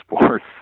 sports